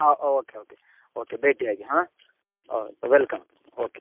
ಹಾಂ okay okay okay ಭೇಟಿಯಾಗಿ ಹಾಂ ಓ ವೆಲ್ಕಮ್ ಓಕೆ